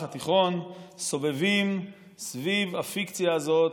התיכון סובבים סביב הפיקציה הזאת,